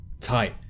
tight